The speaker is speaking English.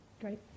Great